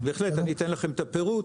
בהחלט, אני אתן לכם את הפירוט.